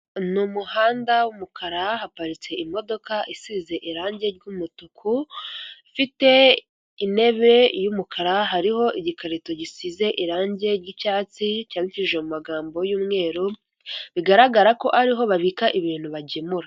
Ni umuhanda w'umukara haparitse imodoka isize irangi ry'umutuku ifite intebe y'umukara, hariho igikarito gisize irangi ry'icyatsi cyandikishije mu magambo y'umweru, bigaragara ko ariho babika ibintu bagemura,